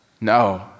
No